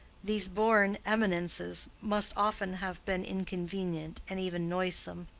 these born eminences must often have been inconvenient and even noisome.